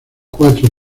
cuatro